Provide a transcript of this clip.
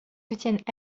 soutiennent